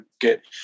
get